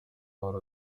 wari